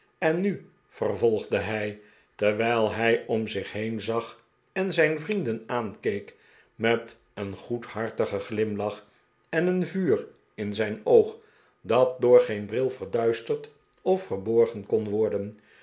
en nu vervolgde hij terwijl hij om zich heen zag en zijn vrienden aankeek met een goedhartigen glimlach en een vuur in zijn oog dat door geen bril verduisterd of verborgen kon worden